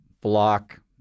block